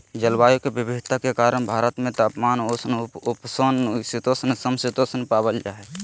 जलवायु के विविधता के कारण भारत में तापमान, उष्ण उपोष्ण शीतोष्ण, सम शीतोष्ण पावल जा हई